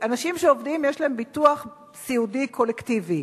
אנשים שעובדים, יש להם ביטוח סיעודי קולקטיבי.